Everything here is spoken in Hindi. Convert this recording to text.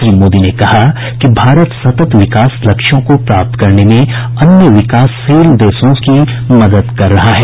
श्री मोदी ने कहा कि भारत सतत विकास लक्ष्यों को प्राप्त करने में अन्य विकासशील देशों की भी मदद कर रहा है